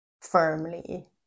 firmly